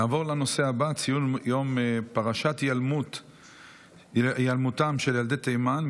נעבור לנושא הבא: ציון יום פרשת היעלמותם של ילדי תימן,